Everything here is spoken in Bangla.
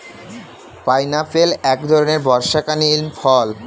পাইনাপেল এক ধরণের বর্ষাকালীন ফল